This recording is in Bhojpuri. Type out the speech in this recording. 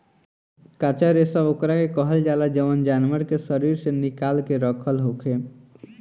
कच्चा रेशा ओकरा के कहल जाला जवन जानवर के शरीर से निकाल के रखल होखे